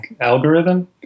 algorithm